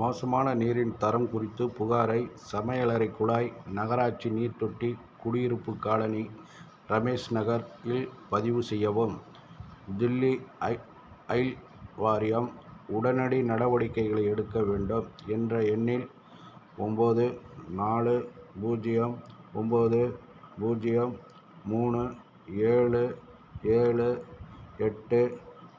மோசமான நீரின் தரம் குறித்து புகாரை சமையலறைக் குழாய் நகராட்சி நீர்த்தொட்டி குடியிருப்புக் காலனி ரமேஷ் நகர் இல் பதிவு செய்யவும் தில்லி ஐ ஐ வாரியம் உடனடி நடவடிக்கைகளை எடுக்க வேண்டும் என்ற எண்ணில் ஒம்போது நாலு பூஜ்ஜியம் ஒம்போது பூஜ்ஜியம் மூணு ஏழு ஏழு எட்டு